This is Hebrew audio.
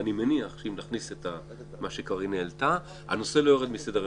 אני מניח שאם נכניס את מה שקארין העלתה הנושא לא ירד מסדר-היום.